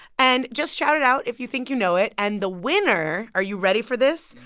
and just shout it out if you think you know it. and the winner are you ready for this?